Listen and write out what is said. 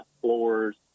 floors